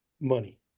money